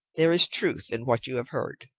there is truth in what you have heard.